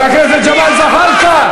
חבר הכנסת ג'מאל זחאלקה.